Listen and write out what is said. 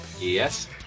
Yes